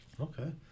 Okay